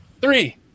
three